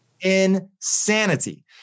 insanity